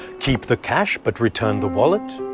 keep the cash but return the wallet?